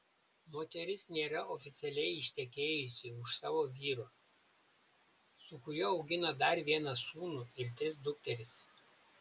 moteris nėra oficialiai ištekėjusi už savo vyro su kuriuo augina dar vieną sūnų ir tris dukteris